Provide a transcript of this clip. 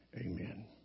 amen